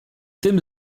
tym